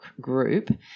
group